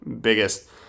biggest